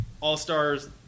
all-stars